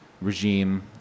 regime